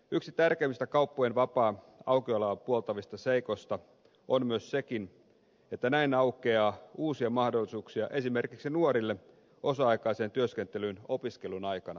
yksi tärkeimmistä kauppojen vapaata aukioloa puoltavista seikoista on myös se että näin aukeaa uusia mahdollisuuksia esimerkiksi nuorille osa aikaiseen työskentelyyn opiskelun aikana